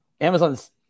Amazon's